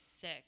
sick